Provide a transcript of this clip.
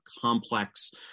complex